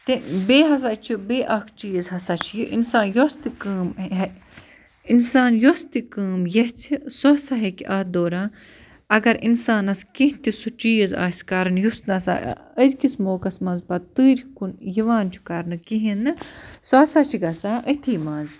تہِ بیٚیہِ ہسا چھِ بیٚیہِ اَکھ چیٖز ہسا چھُ یہِ اِنسان یۄس تہِ کٲم اِنسان یۄس تہِ کٲم ییٚژھِ سۄ ہسا ہٮ۪کہِ اَتھ دوران اگر اِنسانَس کیٚنٛہہ تہِ سُہ چیٖز آسہِ کَرُن یُس نَسا أزۍکِس موقعَس منٛز پَتہٕ تۭرِ کُن یِوان چھُ کَرٕنہٕ کِہیٖنٛۍ نہٕ سُہ ہسا چھِ گژھان أتھی منٛز